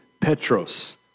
Petros